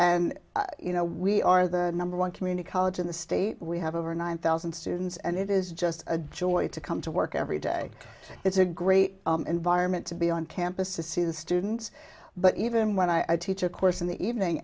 and you know we are the number one community college in the state we have over nine thousand students and it is just a joy to come to work every day it's a great environment to be on campus to see the students but even when i teach a course in the evening